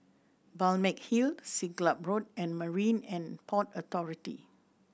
Balmeg Hill Siglap Road and Marine And Port Authority